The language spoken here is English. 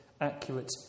accurate